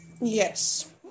Yes